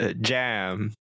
Jam